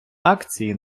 акції